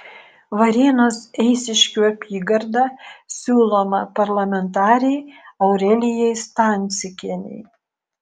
varėnos eišiškių apygarda siūloma parlamentarei aurelijai stancikienei